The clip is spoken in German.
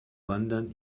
wandern